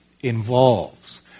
involves